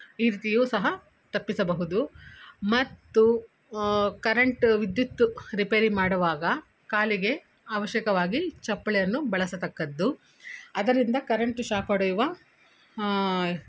ಈ ರೀತಿಯು ಸಹ ತಪ್ಪಿಸಬಹುದು ಮತ್ತು ಕರೆಂಟ್ ವಿದ್ಯುತ್ ರಿಪೇರಿ ಮಾಡುವಾಗ ಕಾಲಿಗೆ ಅವಶ್ಯಕವಾಗಿ ಚಪ್ಪಲಿಯನ್ನು ಬಳಸತಕ್ಕದ್ದು ಅದರಿಂದ ಕರೆಂಟ್ ಶಾಕ್ ಹೊಡೆಯುವ